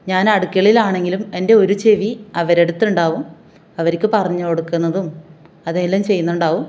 ഞാൻ അടുക്കളയിൽ ആണെങ്കിലും എൻ്റെ ഒരു ചെവി അവരുടെ അടുത്ത് ഉണ്ടാവും അവർക്ക് പറഞ്ഞ് കൊടുക്കുന്നതും അതെല്ലാം ചെയ്യുന്നുണ്ടാവും